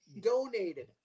donated